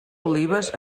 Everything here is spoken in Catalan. olives